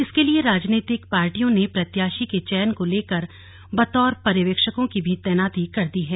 इसके लिए राजनीतिक पार्टियों ने प्रत्याशी के चयन को लेकर बतौर पर्यवेक्षकों की भी तैनाती कर दी है